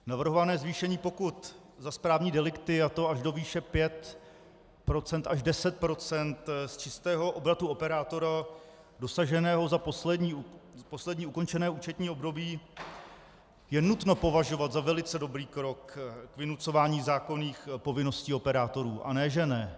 Navrhované zvýšení pokut za správní delikty, a to až do výše 5 až 10 % z čistého obratu operátora dosaženého za poslední ukončené účetní období, je nutno považovat za velice dobrý krok k vynucování zákonných povinností operátorů, a ne že ne.